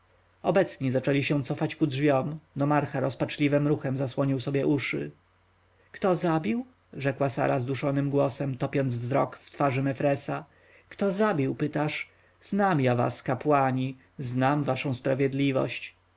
obecni zaczęli się cofać ku drzwiom nomarcha rozpaczliwym ruchem zasłonił sobie uszy kto zabił rzekła sara zduszonym głosem topiąc wzrok w twarzy mefresa kto zabił pytasz znam ja was kapłani znam waszą sprawiedliwość